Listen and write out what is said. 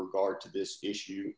regard to this issue